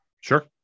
Sure